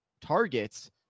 targets